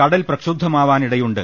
കടൽപ്രക്ഷുബ്ധമാവാനിടയുണ്ട്